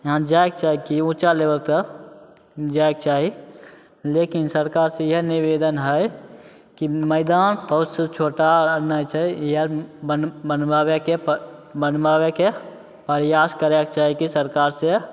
यहाँ जाइके चाही कि ऊँचा लेबल तक जाइके चाही लेकिन सरकार से इएह निबेदन हय कि मैदान से छोटा अननाई छै या बन बनबाबैके बनबाबैके प्रयास करैके चाही कि सरकार से